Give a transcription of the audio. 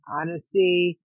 honesty